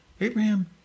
Abraham